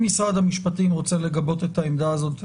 אם משרד המשפטים רוצה לגבות את העמדה הזאת,